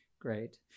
great